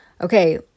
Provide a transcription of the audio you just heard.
Okay